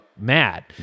mad